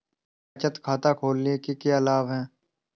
बचत खाता खोलने के क्या लाभ हैं?